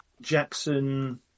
Jackson